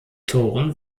toren